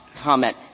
comment